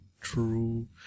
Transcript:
true